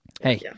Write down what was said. Hey